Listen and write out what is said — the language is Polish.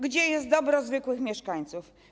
Gdzie jest dobro zwykłych mieszkańców?